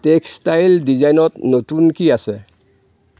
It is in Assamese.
টেক্সটাইল ডিজাইনত নতুন কি আছে